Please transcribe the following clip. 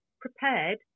prepared